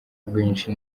rwinshi